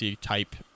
type